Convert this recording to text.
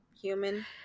human